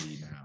now